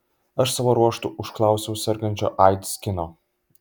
aš savo ruožtu užklausiau sergančio aids kino